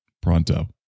Pronto